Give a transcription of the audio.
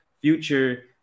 Future